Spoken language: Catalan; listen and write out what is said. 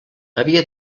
havia